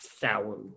sour